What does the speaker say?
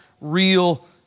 real